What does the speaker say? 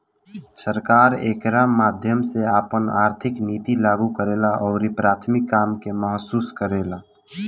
सरकार एकरा माध्यम से आपन आर्थिक निति लागू करेला अउरी प्राथमिक काम के महसूस करेला